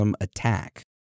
attack